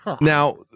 Now